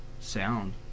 sound